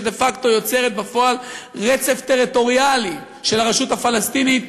שדה-פקטו יוצרת בפועל רצף טריטוריאלי של הרשות הפלסטינית,